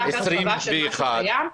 היא רק הרחבה של מה שקיים.